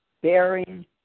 bearing